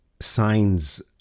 Signs